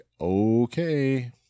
okay